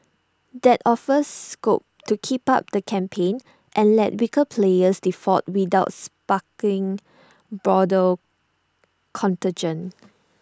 that offers scope to keep up the campaign and let weaker players default without sparking broader contagion